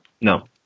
No